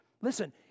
Listen